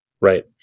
Right